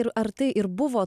ir ar tai ir buvo